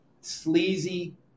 sleazy